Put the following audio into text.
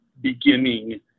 beginning